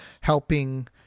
helping